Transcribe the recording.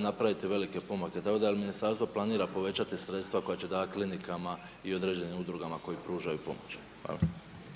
napraviti velike pomake. Tako da li ministarstvo planira povećati sredstva koja će davati klinikama i određenim udrugama koji pružaju pomoć? Hvala.